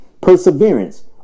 perseverance